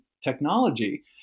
technology